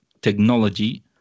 technology